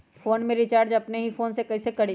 Phone में recharge अपने ही फ़ोन से कईसे करी?